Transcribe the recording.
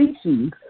species